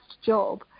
job